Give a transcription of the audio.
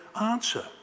answer